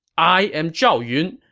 i am zhao yun!